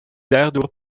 daardoor